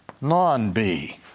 non-B